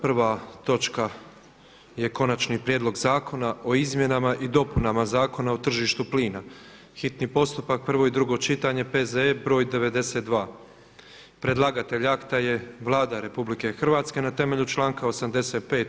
Prva točka je: - Konačni prijedlog zakona o Izmjenama i dopunama Zakona o tržištu plina, hitni postupak, prvo i drugo čitanje, P.Z.E. br. 92; Predlagatelj akta je Vlada RH na temelju članka 85.